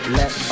let